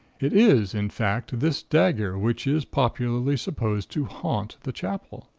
it is, in fact, this dagger which is popularly supposed to haunt the chapel.